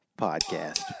Podcast